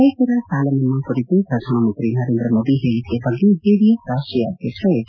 ರೈತರ ಸಾಲ ಮನ್ನಾ ಕುರಿತು ಪ್ರಧಾನಮಂತ್ರಿ ನರೇಂದ್ರ ಮೋದಿ ಹೇಳಕೆ ಬಗ್ಗೆ ಜೆಡಿಎಸ್ ರಾಷ್ಷೀಯ ಅಧ್ಯಕ್ಷ ಎಚ್